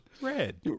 red